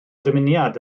dymuniad